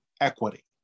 equity